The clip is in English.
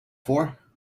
for